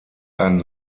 ein